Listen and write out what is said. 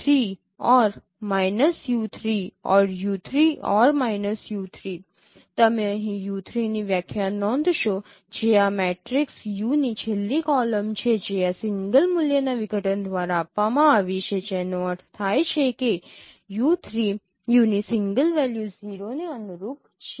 તમે અહીં ની વ્યાખ્યા નોંધશો જે આ મેટ્રિક્સ U ની છેલ્લી કોલમ છે જે આ સિંગલ મૂલ્યના વિઘટન દ્વારા આપવામાં આવી છે જેનો અર્થ થાય છે કે U ની સિંગલ વેલ્યુ 0 ને અનુરૂપ છે